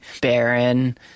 barren